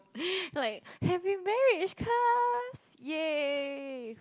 like happy marriage cuz yay